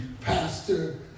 pastor